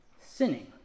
sinning